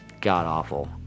god-awful